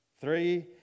three